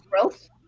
growth